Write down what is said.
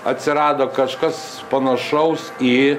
atsirado kažkas panašaus į